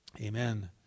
Amen